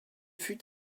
fut